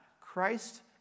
Christ